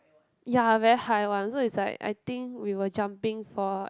ya very high one so it's like I think we were jumping for